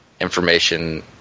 information